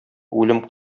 үлем